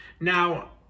Now